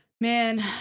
man